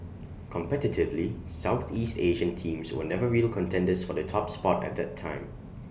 competitively Southeast Asian teams were never real contenders for the top spot at that time